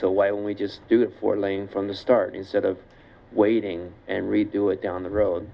so why don't we just do that four lane from the start instead of waiting and redo it down the road